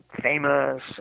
famous